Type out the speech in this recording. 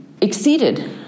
exceeded